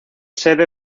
sede